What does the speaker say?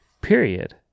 period